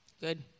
Good